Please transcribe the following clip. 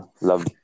love